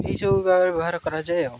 ଏହିସବୁ ଭାବରେ ବ୍ୟବହାର କରାଯାଏ ଆଉ